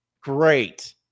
Great